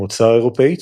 המועצה האירופית,